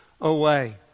away